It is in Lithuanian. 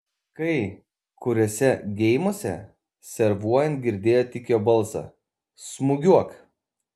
kai kuriuose geimuose servuojant girdėjo tik jo balsą smūgiuok